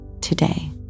today